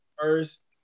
First